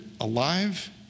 alive